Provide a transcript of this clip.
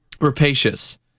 Rapacious